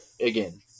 again